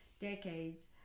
decades